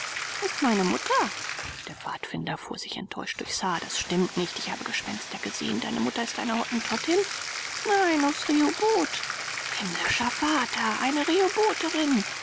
ist meine mutter der pfadfinder fuhr sich enttäuscht durchs haar das stimmt nicht ich habe gespenster gesehen deine mutter ist eine hottentottin nein aus rehoboth himmlischer vater eine